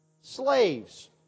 slaves